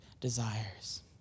desires